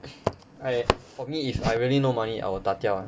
I for me if I really no money I will 打掉 [one]